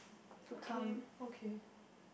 to come